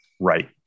Right